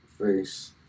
face